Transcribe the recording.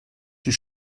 die